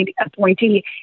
appointee